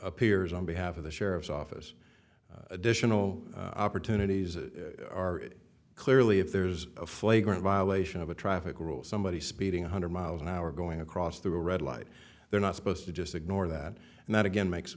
appears on behalf of the sheriff's office additional opportunities are clearly if there's a flagrant violation of a traffic rule somebody speeding hundred miles an hour going across the red light they're not supposed to just ignore that and that again makes